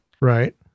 Right